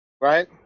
Right